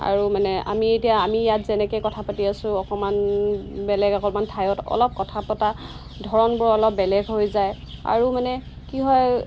আৰু মানে আমি এতিয়া আমি ইয়াত যেনেকৈ কথা পাতি আছোঁ অকণমান বেলেগ অকণমান ঠাইত অলপ কথা পতা ধৰণবোৰ অলপ বেলেগ হৈ যায় আৰু মানে কি হয়